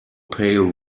pail